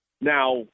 Now